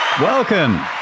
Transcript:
welcome